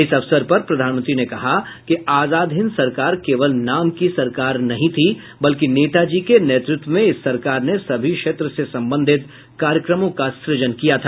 इस अवसर पर प्रधानमंत्री ने कहा कि आजाद हिंद सरकार केवल नाम की सरकार नहीं थी बल्कि नेताजी के नेतृत्व में इस सरकार ने सभी क्षेत्र से संबंधित कार्यक्रमों का सृजन किया था